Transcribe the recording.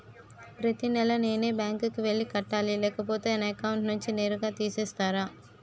ప్రతి నెల నేనే బ్యాంక్ కి వెళ్లి కట్టాలి లేకపోతే నా అకౌంట్ నుంచి నేరుగా తీసేస్తర?